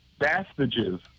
Bastages